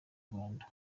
rwanda